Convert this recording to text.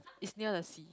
it's near the sea